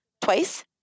twice